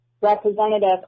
representative